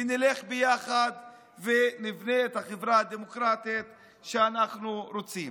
ונלך ביחד ונבנה את החברה הדמוקרטית שאנחנו רוצים.